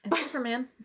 Superman